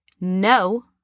no